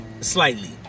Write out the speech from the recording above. slightly